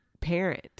parent